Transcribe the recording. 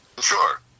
Sure